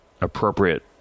appropriate